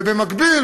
ובמקביל,